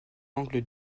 angle